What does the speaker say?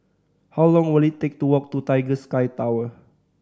how long will it take to walk to Tiger Sky Tower